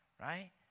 right